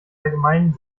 allgemeinen